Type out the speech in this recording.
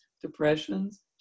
depressions